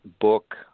book